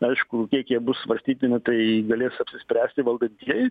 aišku kiek jie bus svarstytini tai galės apsispręsti valdantieji